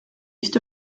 east